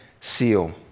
seal